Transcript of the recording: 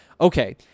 okay